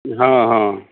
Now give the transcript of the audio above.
हँ हँ